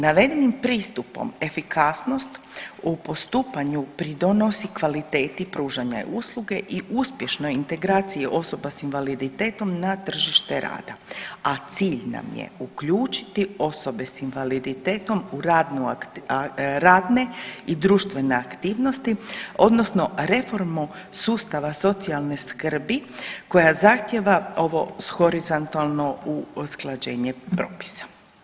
Navedenim pristupom efikasnost u postupanju pridonosi kvaliteti pružanja usluge i uspješnoj integraciji osoba s invaliditetom na tržište rada, a cilj nam je uključiti osobe s invaliditetom u radne i društvene aktivnosti odnosno reformu sustava socijalne skrbi koja zahtjeva ovo shorizontalno usklađenje propisa.